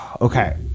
okay